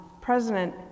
President